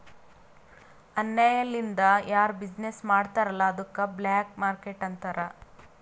ಅನ್ಯಾಯ ಲಿಂದ್ ಯಾರು ಬಿಸಿನ್ನೆಸ್ ಮಾಡ್ತಾರ್ ಅಲ್ಲ ಅದ್ದುಕ ಬ್ಲ್ಯಾಕ್ ಮಾರ್ಕೇಟ್ ಅಂತಾರ್